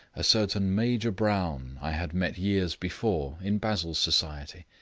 a certain major brown i had met years before in basil's society.